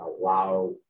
allow